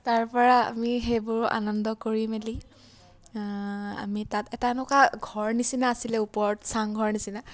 তাৰপৰা আমি সেইবোৰ আনন্দ কৰি মেলি আমি তাত এটা এনেকুৱা ঘৰ নিচিনা আছিলে ওপৰত চাংঘৰ নিচিনা